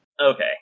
Okay